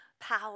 power